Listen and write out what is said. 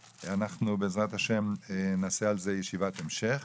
בע"ה נקיים על כך ישיבת המשך,